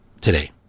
today